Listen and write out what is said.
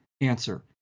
answer